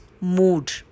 mood